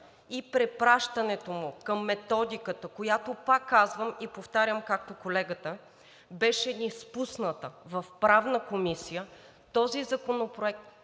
и препращането му към методиката, която, пак казвам и повтарям, както колегата, беше изпусната в Правна комисия, този законопроект